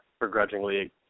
begrudgingly